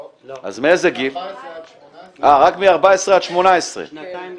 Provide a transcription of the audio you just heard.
לא, מ-14 עד 18. שנתיים לפחות,